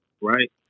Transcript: Right